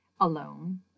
alone